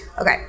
Okay